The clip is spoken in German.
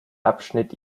abschnitt